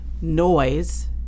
noise